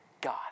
God